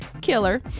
Killer